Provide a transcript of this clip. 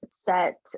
set